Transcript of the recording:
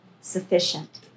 sufficient